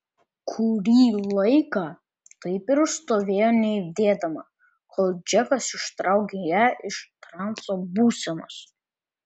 kurį laiką taip ir stovėjo nejudėdama kol džekas ištraukė ją iš transo būsenos